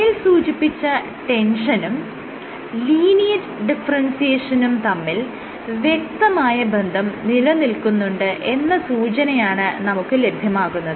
മേൽ സൂചിപ്പിച്ച ടെൻഷനും ലീനിയേജ് ഡിഫറെൻസിയേഷനും തമ്മിൽ വ്യക്തമായ ബന്ധം നിലനിൽക്കുന്നുണ്ട് എന്ന സൂചനയാണ് നമുക്ക് ലഭ്യമാകുന്നത്